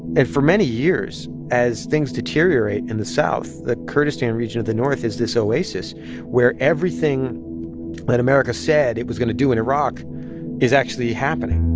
and for many years, as things deteriorate in the south, the kurdistan region of the north is this oasis where everything that america said it was going to do in iraq is actually happening